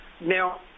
Now